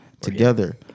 together